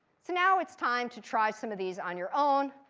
so now it's time to try some of these on your own.